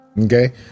okay